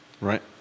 Right